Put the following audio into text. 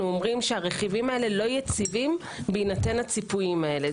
אומרים שהרכיבים הללו לא יציבים בהינתן הציפויים האלה.